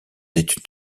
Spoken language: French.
est